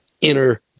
inner